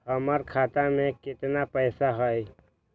हमर खाता में केतना पैसा हई?